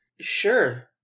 sure